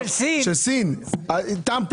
לשום שמגיע מסין יש טעם של